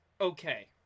okay